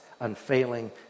unfailing